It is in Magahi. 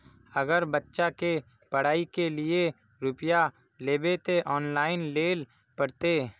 अगर बच्चा के पढ़ाई के लिये रुपया लेबे ते ऑनलाइन लेल पड़ते?